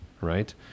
right